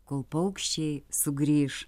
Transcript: kol paukščiai sugrįš